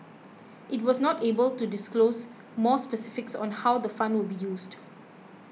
it was not able to disclose more specifics on how the fund will be used